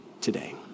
today